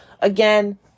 Again